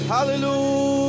Hallelujah